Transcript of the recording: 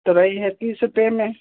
तोरई है तीस रुपये में